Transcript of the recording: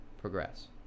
progress